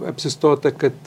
apsistota kad